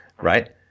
right